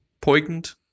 poignant